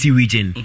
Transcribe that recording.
region